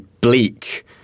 bleak